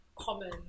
Common